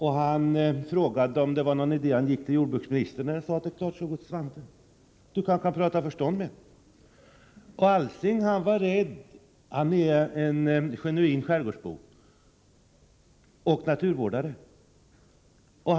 Han frågade om det var någon idé att han gick till jordbruksministern. Jag svarade: Det är klart att du skall gå till Svante. Du kanske kan prata förstånd med honom. Alsing, som är en genuin skärgårdsbo och naturvårdare, var rädd.